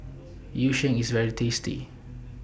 Yu Sheng IS very tasty